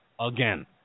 again